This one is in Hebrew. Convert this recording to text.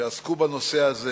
שעסקו בנושא הזה